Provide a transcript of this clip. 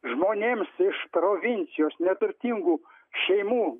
žmonėms iš provincijos neturtingų šeimų